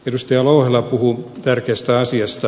edustaja louhela puhui tärkeästä asiasta